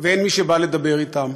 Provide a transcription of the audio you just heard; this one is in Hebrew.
ואין מי שבא לדבר אתם,